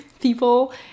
people